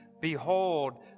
Behold